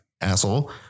asshole